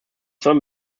sollen